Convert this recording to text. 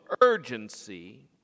urgency